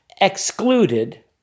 excluded